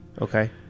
Okay